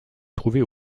trouvées